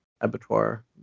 abattoir